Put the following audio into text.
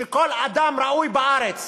שכל אדם ראוי בארץ